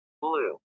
Blue